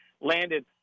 landed